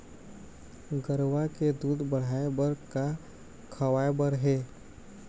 गरवा के दूध बढ़ाये बर का खवाए बर हे?